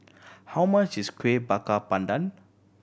how much is Kuih Bakar Pandan